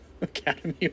Academy